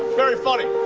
very funny.